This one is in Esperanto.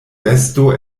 besto